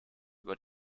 über